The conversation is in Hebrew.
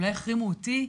אולי יחרימו אותי.